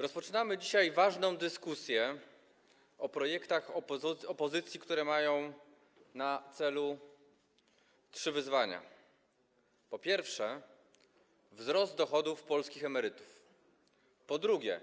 Rozpoczynamy dzisiaj ważną dyskusję o projektach opozycji, które mają na celu realizację trzech wyzwań, którymi są: po pierwsze, wzrost dochodów polskich emerytów, po drugie,